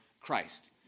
Christ